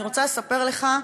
אני רוצה לספר לך,